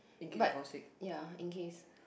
but ya in case